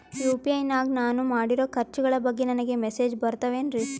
UPI ನಾಗ ನಾನು ಮಾಡಿರೋ ಖರ್ಚುಗಳ ಬಗ್ಗೆ ನನಗೆ ಮೆಸೇಜ್ ಬರುತ್ತಾವೇನ್ರಿ?